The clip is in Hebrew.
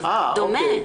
דבר דומה.